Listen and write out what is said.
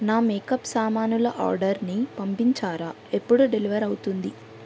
నా మేకప్ సామానుల ఆర్డర్ని పంపించారా ఎప్పుడు డెలివర్ అవుతుంది